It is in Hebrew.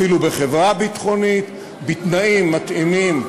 אפילו בחברה ביטחונית, בתנאים מתאימים,